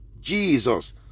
jesus